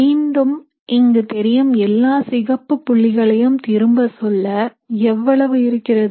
மீண்டும் இங்கு தெரியும் எல்லா சிகப்பு புள்ளிகளையும் திரும்ப சொல்ல எவ்வளவு இருக்கிறது